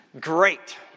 Great